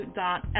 dot